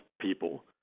people